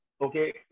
Okay